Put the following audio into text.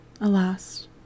Alas